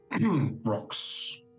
rocks